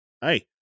Hey